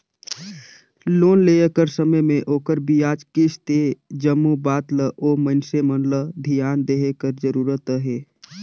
loan लेय कर समे में ओखर बियाज, किस्त ए जम्मो बात ल ओ मइनसे मन ल धियान देहे कर जरूरत अहे